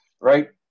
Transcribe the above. right